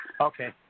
Okay